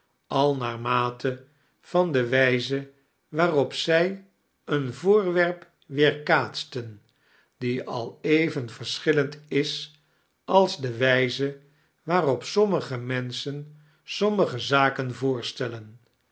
al naar mate van de wijze waarop zij een voorwerp weerkaatsten die al even verschillend is als de wijze waarop sommige menschen sommige zaken voorstellen